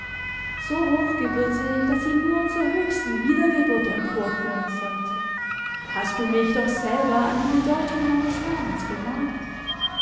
so hochgebürtig daß sie nur zur höchsten wiedergeburt emporführen sollte hast du mich doch selber an die bedeutung meines namens gemahnt